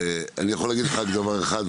ואני יכול להגיד לך רק דבר אחד,